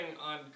on